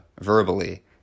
verbally